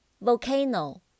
Volcano